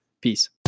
Peace